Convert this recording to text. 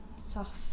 soft